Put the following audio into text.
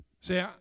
See